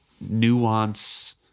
nuance